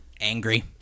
Angry